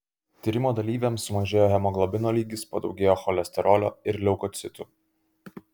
tyrimo dalyviams sumažėjo hemoglobino lygis padaugėjo cholesterolio ir leukocitų